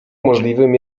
możliwym